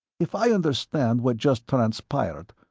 if i understand what just transpired,